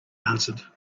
answered